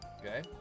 Okay